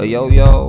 Yo-yo